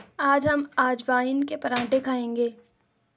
आज हम अजवाइन के पराठे खाएंगे